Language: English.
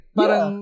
parang